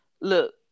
look